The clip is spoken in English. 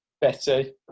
Betty